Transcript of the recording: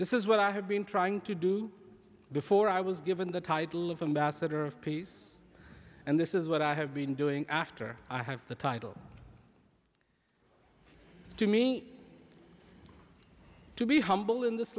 this is what i have been trying to do before i was given the title of ambassador of peace and this is what i have been doing after i have the title to me to be humble in this